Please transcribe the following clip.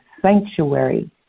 sanctuary